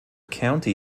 county